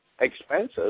expenses